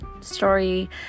story